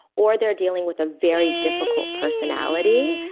or they're dealing with a very difficult personality,